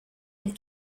and